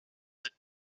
their